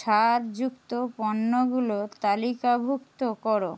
ছাড়যুক্ত পণ্যগুলো তালিকাভুক্ত করো